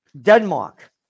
Denmark